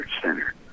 Center